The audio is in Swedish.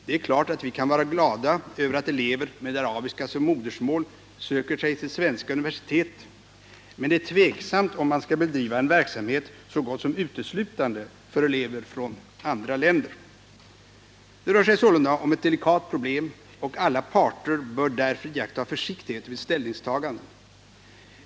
Det är klart att vi kan vara glada över att elever med arabiska som modersmål söker sig till svenska universitet, men det är tvivelaktigt, om man skall bedriva en verksamhet så gott som uteslutande för elever från andra länder. Det rör sig sålunda om ett delikat problem och alla parter bör därför iaktta försiktighet vid ställningstaganden.